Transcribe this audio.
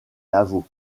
lavaux